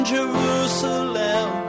Jerusalem